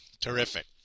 Terrific